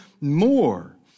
more